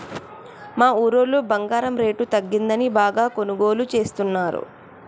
మా ఊరోళ్ళు బంగారం రేటు తగ్గిందని బాగా కొనుగోలు చేస్తున్నరు